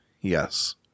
Yes